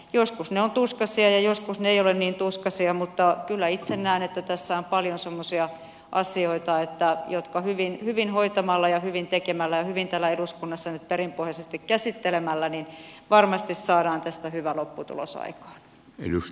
joskus ne ovat tuskaisia ja joskus ne eivät ole niin tuskaisia mutta kyllä itse näen että tässä on paljon semmoisia asioita jotka hyvin hoitamalla ja hyvin tekemällä ja hyvin täällä eduskunnassa perinpohjaisesti käsittelemällä varmasti saadaan tästä hyvä lopputulos aikaan